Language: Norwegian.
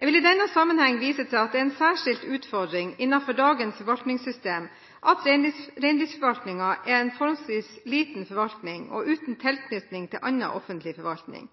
Jeg vil i denne sammenheng vise til at det er en særskilt utfordring innenfor dagens forvaltningssystem at reindriftsforvaltningen er en forholdsvis liten forvaltning uten tilknytning til annen offentlig forvaltning.